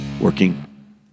working